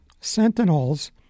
sentinels